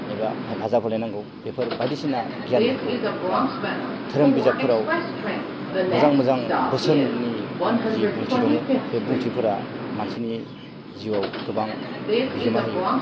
एबा हेफाजाब होलायनांगौ बेफोर बायदिसिना गियानफोरखौ एबा धोरोम बिजाबफोराव मोजां मोजां बोसोननि जे बुंथि दङ बे बुंथिफोरा मानसिनि जिवाव गोबां बिहोमा होयो